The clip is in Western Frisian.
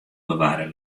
bewarre